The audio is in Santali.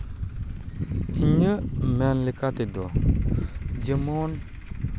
ᱤᱧᱟᱹᱜ ᱢᱮᱱ ᱞᱮᱠᱟ ᱛᱮᱫᱚ ᱡᱮᱢᱚᱱ